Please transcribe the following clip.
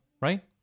right